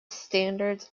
standards